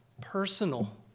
personal